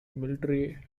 military